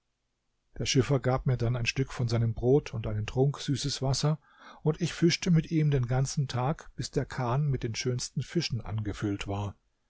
der schiffer gab mir dann ein stück von seinem brot und einen trunk süßes wasser und ich fischte mit ihm den ganzen tag bis der kahn mit den schönsten fischen angefüllt war